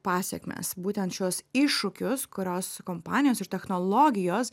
pasekmes būtent šiuos iššūkius kurios kompanijos ir technologijos